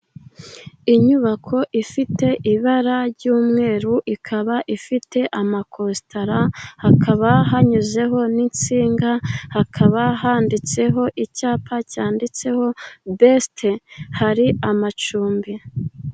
Inyubako ifite ibara ry'umweru , ikaba ifite amakositara, hakaba hanyuzeho n'insinga. Hakaba handitseho icyapa cyanditseho besite, hari amacumbi.